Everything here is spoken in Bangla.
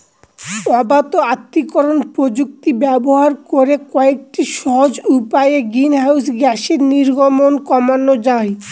অবাত আত্তীকরন প্রযুক্তি ব্যবহার করে কয়েকটি সহজ উপায়ে গ্রিনহাউস গ্যাসের নির্গমন কমানো যায়